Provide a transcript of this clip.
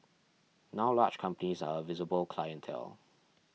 now large companies are a visible clientele